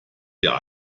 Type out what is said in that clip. wir